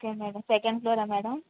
okay madam second ఫ్లోరా madam